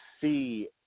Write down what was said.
see